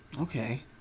Okay